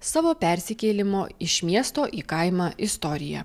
savo persikėlimo iš miesto į kaimą istoriją